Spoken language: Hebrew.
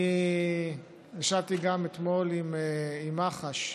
אני גם ישבתי אתמול עם מח"ש,